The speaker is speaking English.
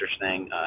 interesting